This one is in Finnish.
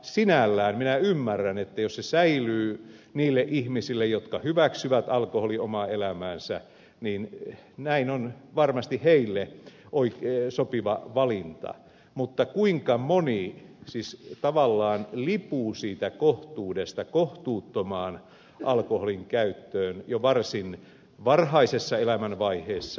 sinällään minä ymmärrän että jos se säilyy niillä ihmisillä jotka hyväksyvät alkoholin omaan elämäänsä niin näin on varmasti heille sopiva valinta mutta kuinka moni tavallaan lipuu siitä kohtuudesta kohtuuttomaan alkoholin käyttöön jo varsin varhaisessa elämänvaiheessa